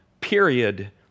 period